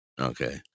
Okay